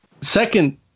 Second